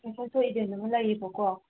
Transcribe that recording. ꯏꯕꯦꯟ ꯑꯃ ꯂꯩꯌꯦꯕꯀꯣ